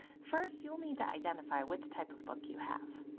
first, you will need to identify which type of book you have.